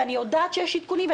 ואני יודעת שיש עדכונים.